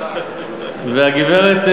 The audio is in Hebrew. והגברת,